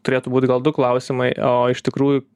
turėtų būt gal du klausimai o iš tikrųjų